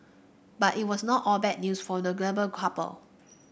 but it was not all bad news for the glamour couple